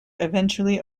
eventually